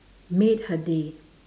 made her day